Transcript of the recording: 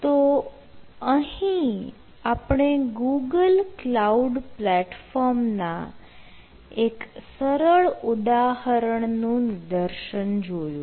તો અહીં આપણે ગૂગલ કલાઉડ પ્લેટફોર્મ ના એક સરળ ઉદાહરણ નું નિદર્શન જોયું